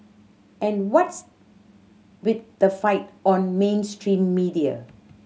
and what's with the fight on mainstream media